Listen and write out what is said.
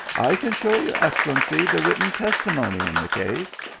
i can show your excel lency the written testimony in the case.